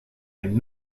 and